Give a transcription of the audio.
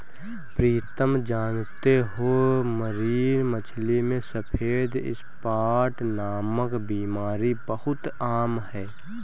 प्रीतम जानते हो मरीन मछली में सफेद स्पॉट नामक बीमारी बहुत आम है